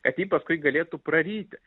kad jį paskui galėtų praryti